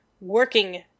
working